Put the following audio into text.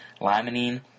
Limonene